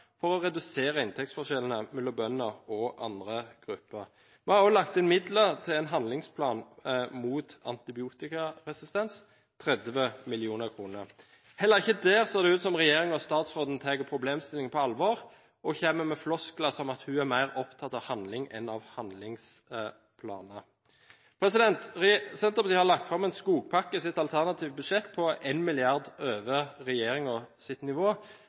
for å redusere inntektsforskjellene mellom bønder og andre grupper. Vi har også lagt inn midler til en handlingsplan mot antibiotikaresistens, 30 mill. kr. Heller ikke der ser det ut som om regjeringen og statsråden tar problemstillingen på alvor, og statsråden kommer med floskler som at hun er mer opptatt av handling enn av handlingsplaner. Senterpartiet har lagt fram en skogpakke i sitt alternative budsjett på 1 mrd. kr over regjeringens nivå,